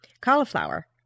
cauliflower